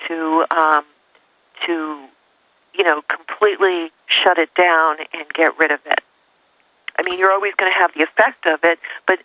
to two you know completely shut it down and get rid of i mean you're always going to have the effect of it but